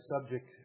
subject